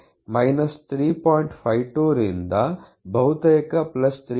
52 ರಿಂದ ಬಹುತೇಕ 3